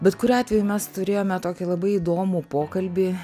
bet kuriuo atveju mes turėjome tokį labai įdomų pokalbį